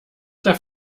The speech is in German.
der